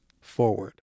forward